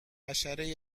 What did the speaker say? حشره